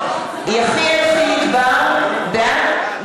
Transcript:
לא יחיאל חיליק בר בעד?